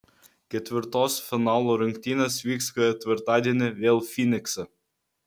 ketvirtos finalo rungtynės vyks ketvirtadienį vėl fynikse